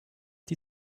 die